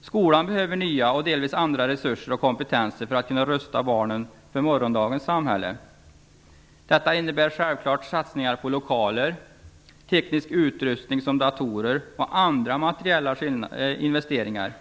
Skolan behöver nya och delvis andra resurser och kompetenser för att kunna rusta barnen för morgondagens samhälle. Detta innebär självfallet satsningar på lokaler och teknisk utrustning, t.ex. datorer, och andra materiella investeringar.